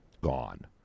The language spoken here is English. gone